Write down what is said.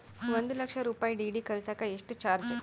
ಒಂದು ಲಕ್ಷ ರೂಪಾಯಿ ಡಿ.ಡಿ ಕಳಸಾಕ ಎಷ್ಟು ಚಾರ್ಜ್?